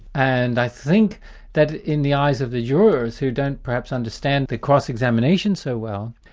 and i think that in the eyes of the jurors who don't perhaps understand the cross-examination so well,